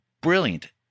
brilliant